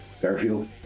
Fairfield